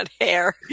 hair